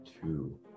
Two